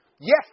yes